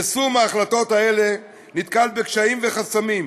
יישום ההחלטות האלה נתקל בקשיים וחסמים,